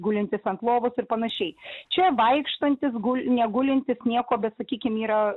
gulintis ant lovos ir panašiai čia vaikštantis negulintis nieko bet sakykim yra